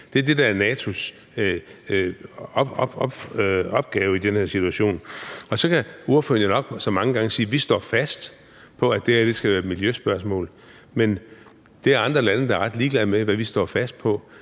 Det er det, der er NATO's opgave i den her situation. Og så kan ordføreren nok så mange gange sige: Vi står fast på, at det her skal være et miljøspørgsmål. Men andre lande er da ret ligeglade med, hvad vi står fast på.